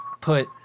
put